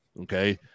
Okay